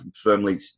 firmly